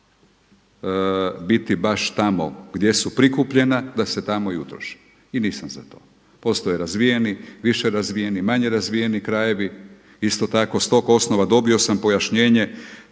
biti baš tamo gdje su prikupljena, da se tamo i utroše. I nisam za to. Postoje razvijeni, više razvijeni, manje razvijeni krajevi. Isto tako s tog osnova dobio sam pojašnjenje